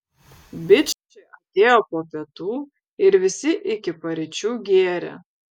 bičai atėjo po pietų ir visi iki paryčių gėrė